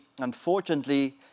unfortunately